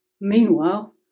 Meanwhile